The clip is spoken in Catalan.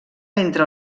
entre